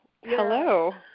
Hello